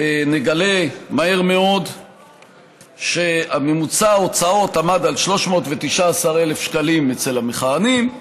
נגלה מהר מאוד שממוצע ההוצאות עמד על 319,000 שקלים אצל המכהנים,